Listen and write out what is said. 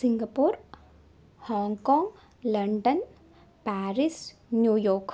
Singapore Hong Kong London Paris New York